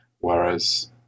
whereas